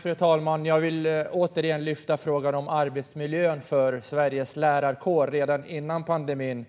Fru talman! Jag vill återigen lyfta fram frågan om arbetsmiljön för Sveriges lärarkår. Redan före pandemin